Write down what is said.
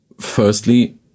Firstly